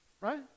Right